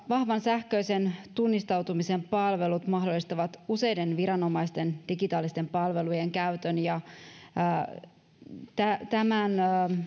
vahvan sähköisen tunnistautumisen palvelut mahdollistavat useiden viranomaisten digitaalisten palvelujen käytön ja tämän